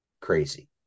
crazy